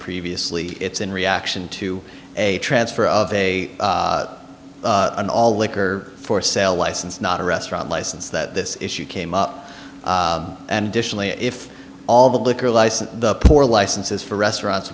previously it's in reaction to a transfer of a an all liquor for sale license not a restaurant license that this issue came up and viciously if all the liquor license the poor licenses for restaurants